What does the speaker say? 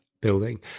building